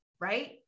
Right